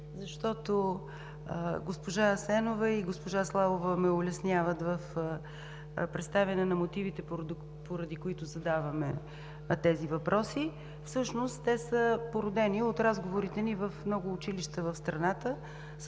защото госпожа Асенова и госпожа Славова ме улесняват в представяне на мотивите, поради които задаваме тези въпроси. Всъщност те са породени от разговорите ни в много училища в страната